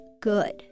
good